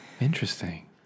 Interesting